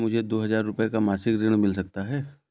क्या मुझे दो हजार रूपए का मासिक ऋण मिल सकता है?